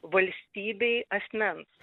valstybei asmens